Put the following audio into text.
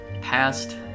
past